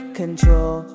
control